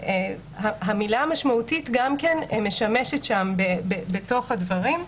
המילה "משמעותית" גם כן משמשת שם בתוך הדברים.